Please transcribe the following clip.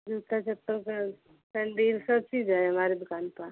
जूता चप्पल का सेंडील सब चीज है हमारे दुकाम प